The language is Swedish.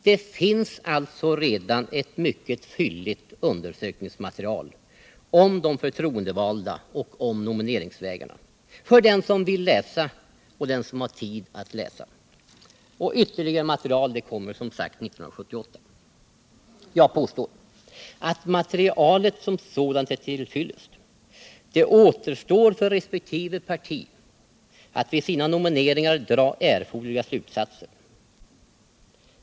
Det finns alltså redan ett mycket fylligt undersökningsmaterial om de förtroendevalda och om nomineringsvägarna — för den som vill läsa och har tid att läsa. Ytterligare material kommer som sagt 1978. Jag påstår att materialet är till fyllest. Det återstår för resp. parti att vid sina nomineringar dra erforderliga slutsatser.